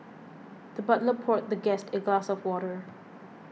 the butler poured the guest a glass of water